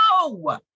No